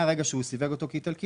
מהרגע שהוא סיווג אותו כאיטלקי,